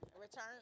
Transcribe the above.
Return